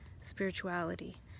spirituality